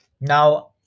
Now